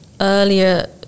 earlier